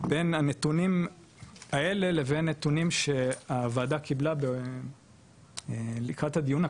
בין הנתונים האלה לבין נתונים שהוועדה קיבלה לקראת הדיון הקודם,